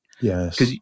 Yes